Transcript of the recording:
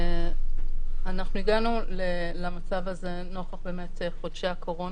אנחנו הגענו למצב הזה נוכח באמת חודשי הקורונה,